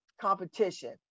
competition